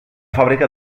fàbrica